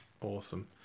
Awesome